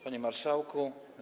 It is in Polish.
Panie Marszałku!